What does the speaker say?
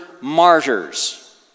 martyrs